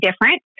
different